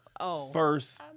first